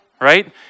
right